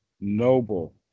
noble